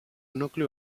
nucli